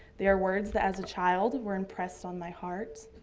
they are words that as a child were impressed on my heart.